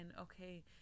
okay